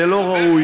זה לא ראוי.